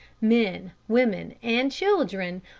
men, women, and children,